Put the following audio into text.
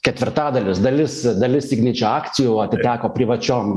ketvirtadalis dalis dalis igničio akcijų atiteko privačiom